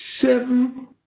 seven